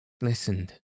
listened